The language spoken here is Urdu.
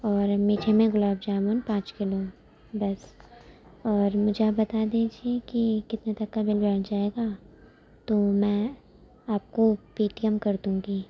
اور میٹھے میں گلاب جامن پانچ کلو بس اور مجھے آپ بتا دیجیے کہ کتنے تک کا بل بیٹھ جائے گا تو میں آپ کو پے ٹی ایم کر دوں گی